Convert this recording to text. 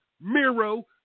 Miro